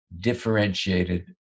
differentiated